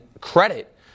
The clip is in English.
Credit